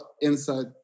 inside